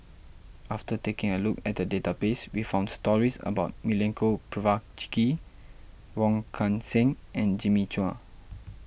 after taking a look at the database we found stories about Milenko Prvacki Wong Kan Seng and Jimmy Chua